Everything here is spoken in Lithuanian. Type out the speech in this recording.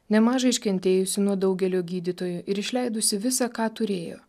nemaža iškentėjusi nuo daugelio gydytojų ir išleidusi visa ką turėjo